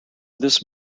this